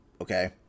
Okay